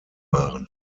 wahren